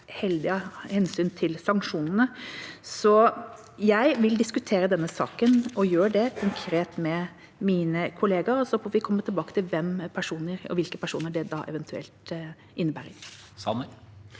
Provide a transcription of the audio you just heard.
heldig av hensyn til sanksjonene. Jeg vil diskutere denne saken, og gjør det, konkret med mine kolleger, og så får vi komme tilbake til hvilke personer det eventuelt innebærer.